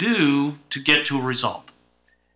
do to get to resolve